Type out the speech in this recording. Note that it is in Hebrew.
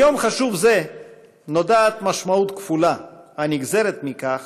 ליום חשוב זה נודעת משמעות כפולה, הנגזרת מכך